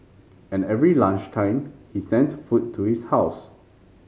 and every lunch time he sent food to his house